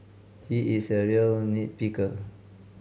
he is a real nit picker